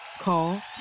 Call